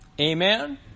Amen